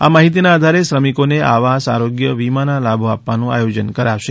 આ માહિતીના આધારે શ્રમિકોને આવાસ આરોગ્ય વીમાના લાભો આપવાનું આયોજન કરાશે